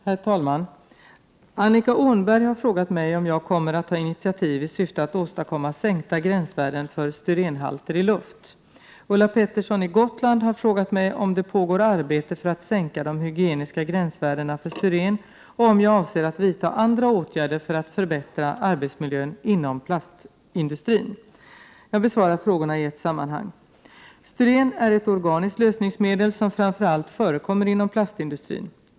Herr talman! Annika Åhnberg har frågat mig om jag kommer att ta initiativ i syfte att åstadkomma sänkta gränsvärden för styrenhalter i luft. Ulla Pettersson har frågat mig om det pågår arbete för att sänka de hygieniska gränsvärdena för styren och om jag avser att vidta andra åtgärder för att förbättra arbetsmiljön inom plastindustrin. Jag besvarar frågorna i ett sammanhang. Styren är ett organiskt lösningsmedel som framför allt förekommer inom plastindustrin.